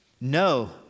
No